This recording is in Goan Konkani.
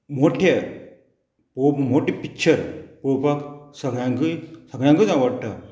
मोट्या पो मोटें पिक्चर पळोवपाक सगळ्यांकूय सगळ्यांकूच आवडटा